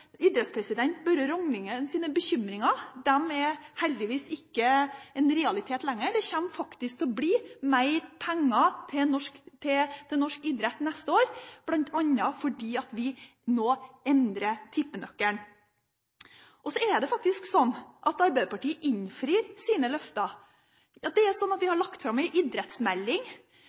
heldigvis ikke en realitet lenger. Det kommer faktisk til å bli mer penger til norsk idrett neste år, bl.a. fordi vi nå endrer tippenøkkelen. Så er det sånn at Arbeiderpartiet innfrir sine løfter. Vi har lagt fram en idrettsmelding som ennå ikke er behandlet i denne sal. Da er det ganske imponerende av en regjering at